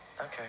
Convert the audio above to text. Okay